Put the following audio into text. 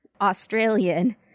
Australian